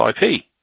IP